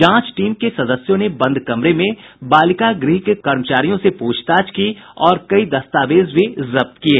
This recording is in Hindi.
जांच टीम के सदस्यों ने बंद कमरे में बालिका गृह के कर्मचारियों से पूछताछ की और कई दस्तावेज भी जब्त किये